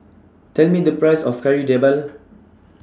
Tell Me The Price of Kari Debal